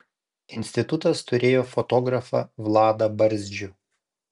institutas turėjo fotografą vladą barzdžių